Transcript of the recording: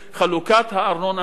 חלוקת הארנונה הזאת,